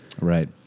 Right